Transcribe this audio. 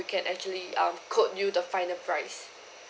we can actually um quote you the final price